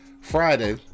Friday